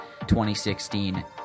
2016